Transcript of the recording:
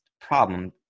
problem